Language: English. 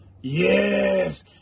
Yes